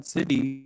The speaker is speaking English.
City